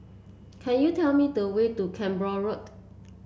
can you tell me the way to Cranborne Road